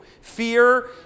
Fear